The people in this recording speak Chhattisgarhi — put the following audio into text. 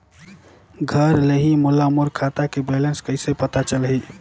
घर ले ही मोला मोर खाता के बैलेंस कइसे पता चलही?